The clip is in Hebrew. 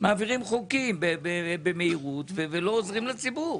מעבירים חוקים במהירות ולא עוזרים לציבור.